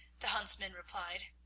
the huntsman replied,